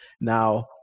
Now